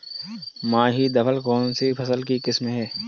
माही धवल कौनसी फसल की किस्म है?